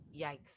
Yikes